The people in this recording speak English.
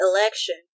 election